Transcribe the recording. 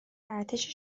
ارتش